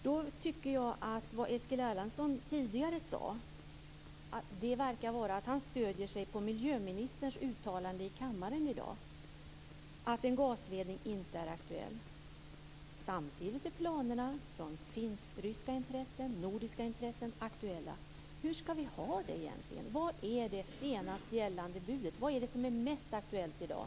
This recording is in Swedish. Det Eskil Erlandsson sade tidigare tycks stödja sig på miljöministerns uttalande i kammaren i dag, nämligen att en gasledning inte är aktuell. Samtidigt är planerna från finsk-ryska och nordiska intressen aktuella. Hur skall vi ha det egentligen? Vad är det senaste gällande budet? Vad är det som är mest aktuellt i dag?